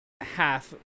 half